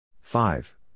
Five